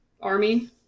army